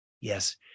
Yes